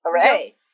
Hooray